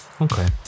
okay